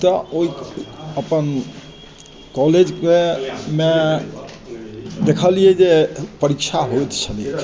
तऽ ओहि अपन कॉलेजमे देखलिए जे परीक्षा होइत छलै